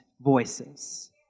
voices